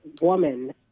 woman